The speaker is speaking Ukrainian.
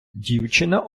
дівчина